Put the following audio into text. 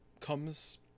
comes